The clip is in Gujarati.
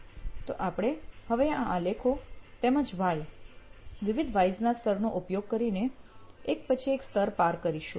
તો આપણે હવે આ આલેખો તેમજ વ્હાય વિવિધ વ્હાયસ ના સ્તરનો ઉપયોગ કરીને એક પછી એક સ્તર પાર કરીશું